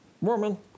Mormon